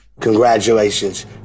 Congratulations